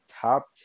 top